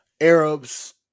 Arabs